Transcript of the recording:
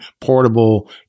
portable